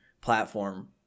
platform